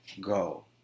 go